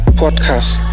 podcast